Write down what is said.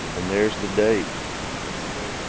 and there's the date what's the date on